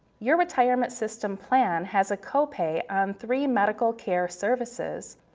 your retirement system plan has a copay on three medical care services,